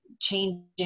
changing